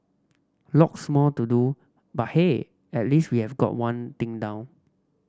lots more to do but hey at least we have got one thing down